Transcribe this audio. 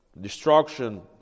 Destruction